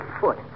foot